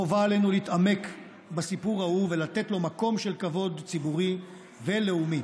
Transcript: חובה עלינו להתעמק בסיפור ההוא ולתת לו מקום של כבוד ציבורי ולאומי.